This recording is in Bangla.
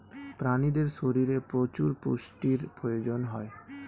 প্রাণীদের শরীরে প্রচুর পুষ্টির প্রয়োজন হয়